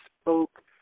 spoke